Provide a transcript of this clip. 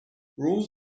rules